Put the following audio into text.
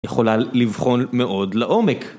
יכולה לבחון מאוד לעומק.